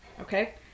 Okay